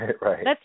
Right